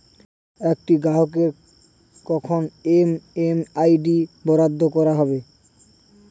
একটি গ্রাহককে কখন এম.এম.আই.ডি বরাদ্দ করা হবে?